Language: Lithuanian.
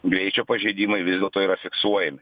greičio pažeidimai vis dėlto yra fiksuojami